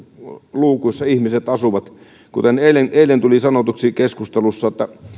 luukuissa ihmiset asuvat kuten eilen eilen tuli sanotuksi keskustelussa